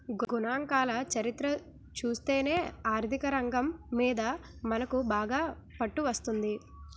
గణాంకాల చరిత్ర చూస్తేనే ఆర్థికరంగం మీద మనకు బాగా పట్టు వస్తుంది